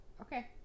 Okay